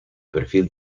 perfil